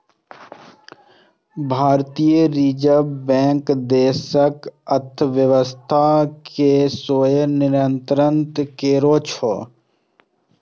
भारतीय reserve bank देशक अर्थव्यवस्था कें सेहो नियंत्रित करै छै